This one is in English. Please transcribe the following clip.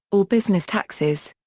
or business taxes.